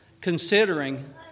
considering